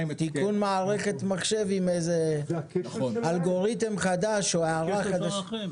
תיקון מערכת מחשב עם איזה אלגוריתם חדש או הערה חדשה.